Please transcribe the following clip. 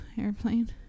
airplane